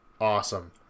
Awesome